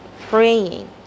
praying